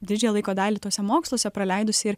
didžiąją laiko dalį tuose moksluose praleidusi ir